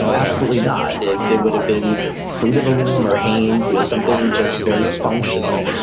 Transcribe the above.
so absolutely not. it it would have been fruit of the loom or haynes, you know something just very functional.